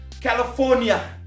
California